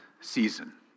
season